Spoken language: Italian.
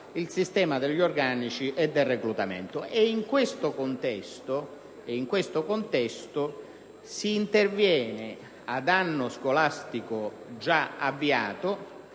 il sistema degli organici e del reclutamento.